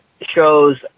shows